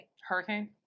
hurricane